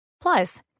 Plus